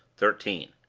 thirteen.